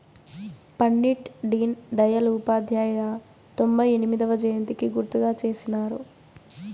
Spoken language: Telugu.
పండిట్ డీన్ దయల్ ఉపాధ్యాయ తొంభై ఎనిమొదవ జయంతికి గుర్తుగా చేసినారు